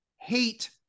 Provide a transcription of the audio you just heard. hate